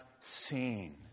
seen